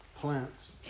plants